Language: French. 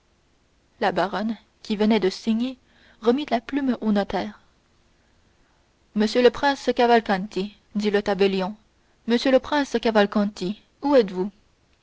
la baronne qui venait de signer remit la plume au notaire monsieur le prince cavalcanti dit le tabellion monsieur le prince cavalcanti où êtes-vous